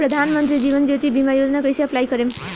प्रधानमंत्री जीवन ज्योति बीमा योजना कैसे अप्लाई करेम?